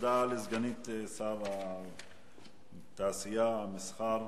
תודה לסגנית שר התעשייה והמסחר.